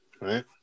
right